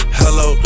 hello